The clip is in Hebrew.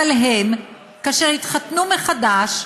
אבל הם, כאשר התחתנו מחדש,